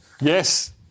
yes